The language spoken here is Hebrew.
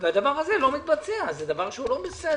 והדבר הזה לא מתבצע, זה דבר שהוא לא בסדר.